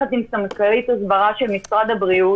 ביחד עם סמנכ"לית הסברה של משרד הבריאות,